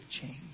change